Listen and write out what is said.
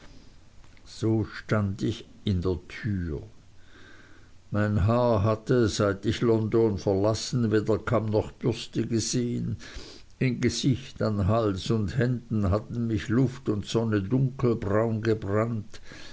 so stand ich in der türe mein haar hatte seit ich london verlassen weder kamm noch bürste gesehen in gesicht an hals und händen hatten mich luft und sonne dunkelbraun gebrannt